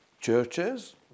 churches